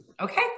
Okay